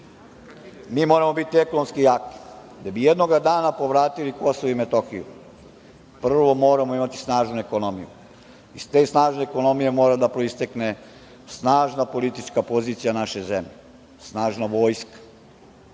mi moramo biti ekonomski jaki. Da bi jednoga dana povratili KiM, prvo, moramo imati snažnu ekonomiju. Iz te snažne ekonomije mora da proistekne snažna politička pozicija naše zemlje, snažna vojska,